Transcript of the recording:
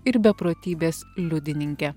ir beprotybės liudininke